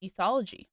ethology